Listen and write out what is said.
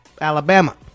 Alabama